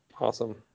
Awesome